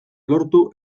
lortu